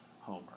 Homer